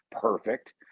perfect